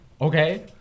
okay